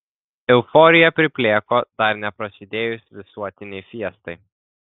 euforija priplėko dar neprasidėjus visuotinei fiestai